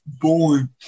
born